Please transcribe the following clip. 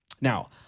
Now